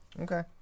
Okay